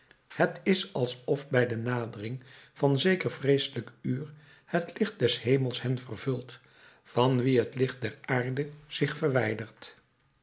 het is alsof bij de nadering van zeker vreeselijk uur het licht des hemels hen vervult van wie het licht der aarde zich verwijdert